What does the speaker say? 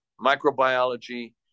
microbiology